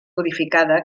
modificada